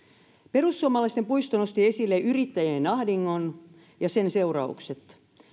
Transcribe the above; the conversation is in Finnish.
perussuomalaisten puisto nosti esille yrittäjien ahdingon ja sen seuraukset